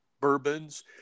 bourbons